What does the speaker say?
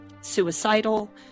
suicidal